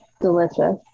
delicious